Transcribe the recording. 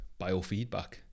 biofeedback